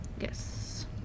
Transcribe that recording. Yes